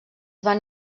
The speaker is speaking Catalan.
van